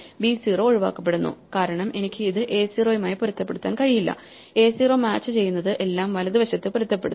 b 0 ഒഴിവാക്കപ്പെടുന്നു കാരണം എനിക്ക് ഇത് എ 0 മായി പൊരുത്തപ്പെടുത്താൻ കഴിയില്ല എ 0 മാച്ച് ചെയ്യുന്നത് എല്ലാം വലതുവശത്ത് പൊരുത്തപ്പെടണം